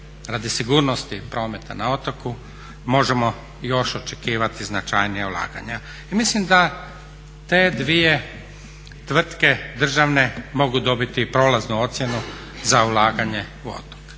radi sigurnosti prometa na otoku možemo još očekivati značajnija ulaganja. I mislim da te dvije tvrtke državne mogu dobiti prolaznu ocjenu za ulaganje u otoke.